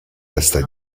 testa